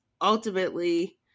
ultimately